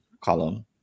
column